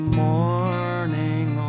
morning